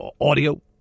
audio